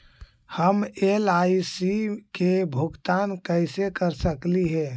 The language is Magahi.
हम एल.आई.सी के भुगतान कैसे कर सकली हे?